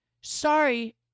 Sorry